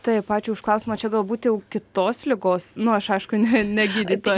taip ačiū už klausimą čia galbūt jau kitos ligos nu aš aišku ne negydytoja